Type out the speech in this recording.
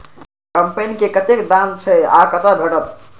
कम्पेन के कतेक दाम छै आ कतय भेटत?